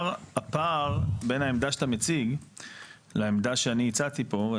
הפער בין העמדה שאתה מציג לעמדה שאני הצעתי פה,